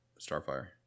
Starfire